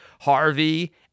harvey